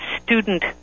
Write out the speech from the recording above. student